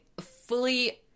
fully